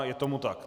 Je tomu tak.